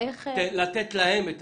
לתת להם את